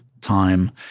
time